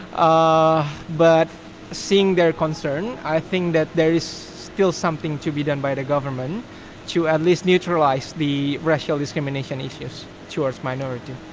ah but seeing their concern, i think that there is still something to be done by the government to at least neutralize the racial discrimination issues towards minority